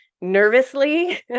nervously